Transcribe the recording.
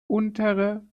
untere